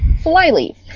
Flyleaf